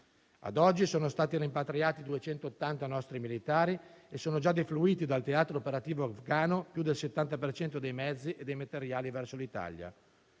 A oggi sono stati rimpatriati 280 nostri militari e sono già defluiti dal teatro operativo afghano più del 70 per cento dei mezzi e dei materiali verso l'Italia.